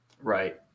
right